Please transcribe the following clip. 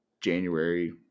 January